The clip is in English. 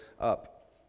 up